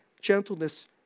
gentleness